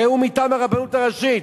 הרי הוא מטעם הרבנות הראשית.